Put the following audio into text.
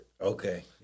Okay